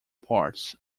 parts